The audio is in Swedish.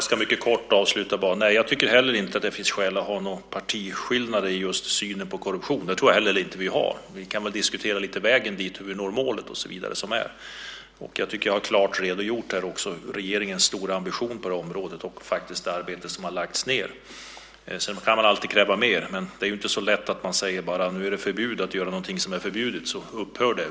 Fru talman! Jag tycker heller inte att det finns skäl att ha några partiskillnader i synen på korruption, och det tror jag inte att vi har. Vi kan diskutera hur vi når målet och så vidare. Jag tycker att jag klart redogjort för regeringens stora ambition på området och det arbete som har lagts ned. Sedan kan man alltid kräva mer, men det är inte så lätt att man bara säger att nu är det förbjudet att göra något som är förbjudet, och så upphör det.